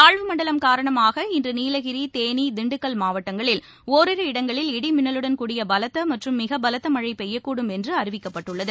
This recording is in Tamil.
தாழ்வு மண்டலம் காரணமாக இன்றுநீலகிரி தேனி திண்டுக்கல் மாவட்டங்களில் ஒரிரு இடங்களில் இடி மின்னலுடன் கூடிய பலத்தமற்றும் மிகபலத்தமழைபெய்யக்கூடும் என்றுஅறிவிக்கப்பட்டுள்ளது